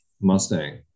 Mustang